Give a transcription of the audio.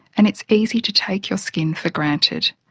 and it's easy to take your skin for granted.